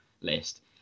list